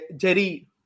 Jerry